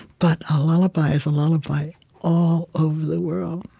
but a lullaby is a lullaby all over the world,